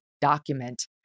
document